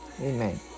amen